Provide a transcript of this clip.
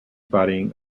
budding